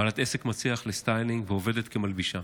בעלת עסק מצליח לסטיילינג ועובדת כמלבישה.